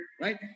right